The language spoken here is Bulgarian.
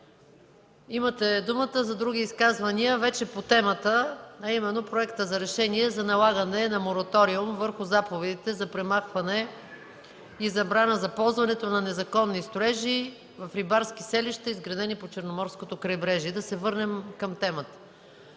Имате думата за други изказвания вече по темата, а именно – Проекта за решение за налагане на мораториум върху заповедите за премахване и забрана за ползването на незаконни строежи в рибарски селища изградени по Черноморското крайбрежие. Да се върнем към темата.